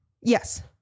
Yes